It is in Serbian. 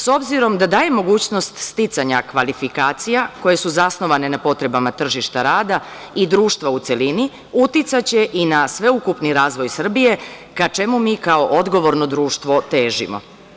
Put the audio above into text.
S obzirom da daje mogućnost sticanja kvalifikacija, koje su zasnovane na potrebama tržišta rada i društva u celini, uticaće i na sveukupni razvoj Srbije, ka čemu mi kao odgovorno društvo težimo.